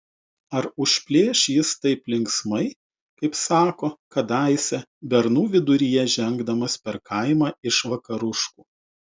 ar užplėš jis taip linksmai kaip sako kadaise bernų viduryje žengdamas per kaimą iš vakaruškų